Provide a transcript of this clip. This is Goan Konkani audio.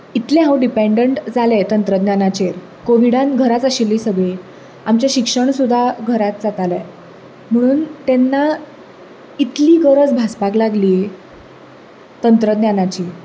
इतलें हांव डिपेंडेंड जालें तंत्रज्ञानाचेर कोविडान घराच आशिल्ली सगळीं आमचें शिक्षण सुद्दां घराच जातालें म्हणून तेन्ना इतली गरज भासपाक लागली तंत्रज्ञानाची